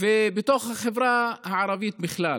ובתוך החברה הערבית בכלל